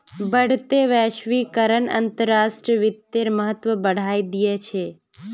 बढ़ते वैश्वीकरण अंतर्राष्ट्रीय वित्तेर महत्व बढ़ाय दिया छे